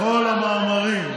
בכל המאמרים,